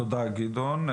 תודה גדעון,